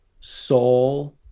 soul